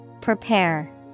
Prepare